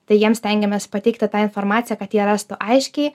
tai jiem stengiamės pateikti tą informaciją kad jie rastų aiškiai